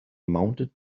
mounted